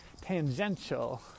tangential